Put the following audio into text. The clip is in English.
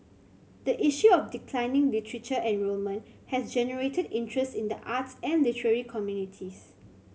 the issue of declining literature enrolment has generated interest in the arts and literary communities